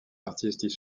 artistes